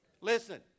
Listen